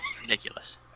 Ridiculous